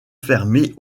fermée